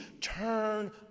turn